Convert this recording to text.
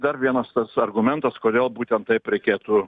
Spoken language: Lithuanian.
dar vienas argumentas kodėl būtent taip reikėtų